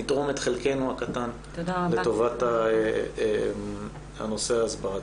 נתרום את חלקנו הקטן לטובת הנושא ההסברתי.